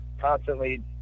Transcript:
constantly